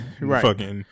right